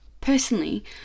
Personally